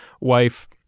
wife